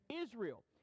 israel